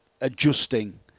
adjusting